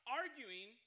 arguing